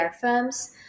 firms